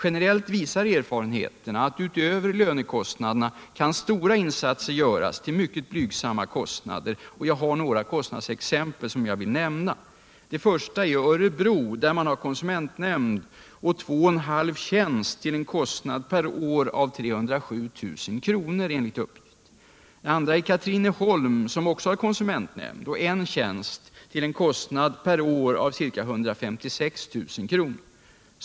Generellt visar det sig att utöver lönekostnaderna kan stora insatser göras till mycket blygsamma kostnader. För att belysa detta vill jag ange några kostnadsexempel: Det första gäller Örebro, där man har konsumentnämnd och två och en halv tjänst till en kostnad per år av enligt uppgift 307 000 kr. Det andra gäller Katrineholm, som också har konsumentnämnd och en tjänst till en kostnad per år av ca 156 000 kr.